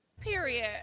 period